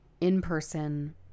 in-person